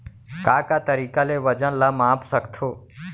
का का तरीक़ा ले वजन ला माप सकथो?